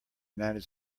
united